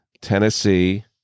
Tennessee